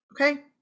okay